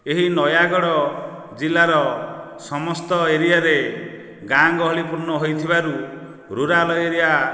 ଏହି ନୟାଗଡ଼ ଜିଲ୍ଲାର ସମସ୍ତ ଏରିଆରେ ଗାଁ ଗହଳି ପୂର୍ଣ୍ଣ ହୋଇଥିବାରୁ ରୁରାଲ ଏରିଆ